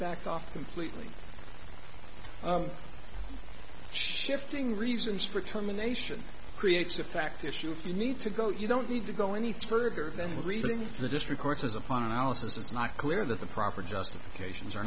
backed off completely shifting reasons for terminations creates a fact issue if you need to go you don't need to go any further than reading the disk records as upon analysis is not clear that the prime for justification or